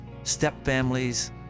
stepfamilies